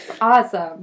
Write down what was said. Awesome